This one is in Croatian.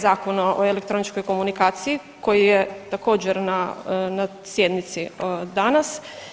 Zakona o elektroničkoj komunikaciji koji je također na sjednici danas.